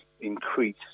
increase